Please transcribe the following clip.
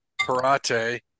parate